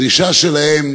הדרישה שלהם